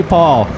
Paul